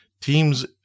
teams